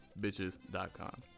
bitches.com